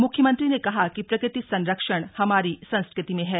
मुख्यमंत्री ने कहा कि प्रकृति संरक्षण हमारी संस्कृति में है